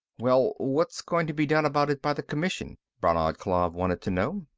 well, what's going to be done about it by the commission? brannad klav wanted to know.